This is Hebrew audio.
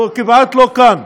חבר הכנסת ביטן, הוא כמעט לא כאן.